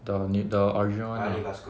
the ne~ the original [one] ah